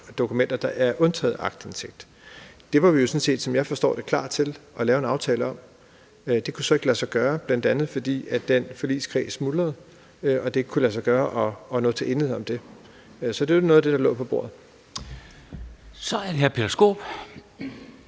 nogle dokumenter, der er undtaget aktindsigt. Det var vi jo sådan set, som jeg forstår det, klar til at lave en aftale om. Det kunne så ikke lade sig gøre, bl.a. fordi den forligskreds smuldrede og det ikke kunne lade sig gøre at nå til enighed om det. Så det var noget af det, der lå på bordet. Kl. 13:32 Formanden